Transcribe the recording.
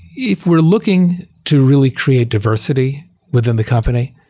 if we're looking to really create diversity within the company,